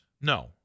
No